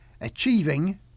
achieving